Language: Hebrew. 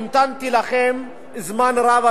המתנתי לכם זמן רב,